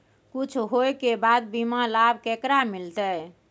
कुछ होय के बाद बीमा लाभ केकरा मिलते?